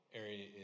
Area